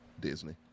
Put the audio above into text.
Disney